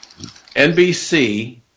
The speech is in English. NBC